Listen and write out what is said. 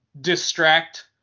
distract